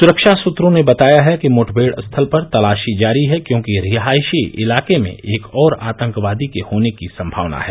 सुरक्षा सूत्रों ने बताया है कि मुठभेड़ स्थल पर तलाशी जारी है क्योंकि रिहायशी इलाके में एक और आतंकवादी के होने की संभावना है